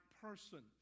person